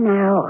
Now